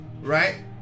right